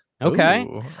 Okay